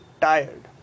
Tired